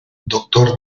doctor